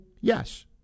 Yes